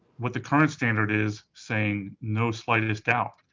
what the current standard is saying, no slightest doubt.